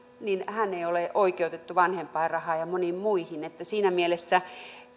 hän ei ole oikeutettu vanhempainrahaan ja moniin muihin siinä mielessä